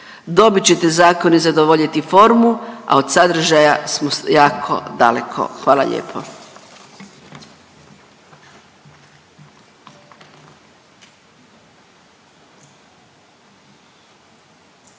dobit ćete zakon i zadovoljiti formu, a od sadržaja smo jako daleko, hvala lijepo.